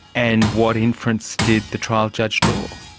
and what inference did the trial judge draw?